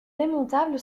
démontable